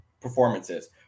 performances